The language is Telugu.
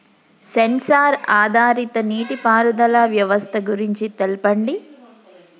సెన్సార్ ఆధారిత నీటిపారుదల వ్యవస్థ గురించి తెల్పండి?